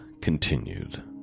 continued